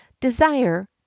desire